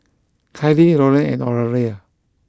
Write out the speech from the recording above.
Kylie Loren and Oralia